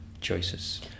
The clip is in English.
choices